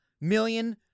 million